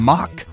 Mock